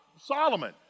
Solomon